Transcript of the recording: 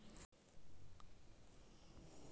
धानेर सबसे उत्तम बीज कुंडा होचए?